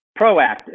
proactive